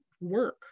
work